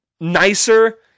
nicer